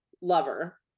lover